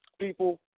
People